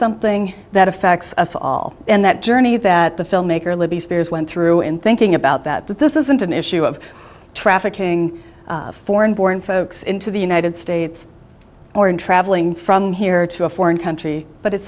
something that affects us all and that journey that the filmmaker libby spears went through in thinking about that that this isn't an issue of trafficking foreign born folks into the united states or in traveling from here to a foreign country but it's